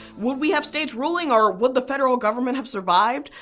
would we have states ruling or would the federal government have survived?